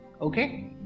okay